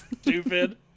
stupid